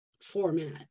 format